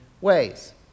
ways